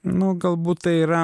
nu galbūt tai yra